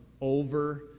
over